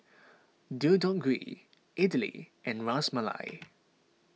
Deodeok Gui Idili and Ras Malai